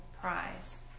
prize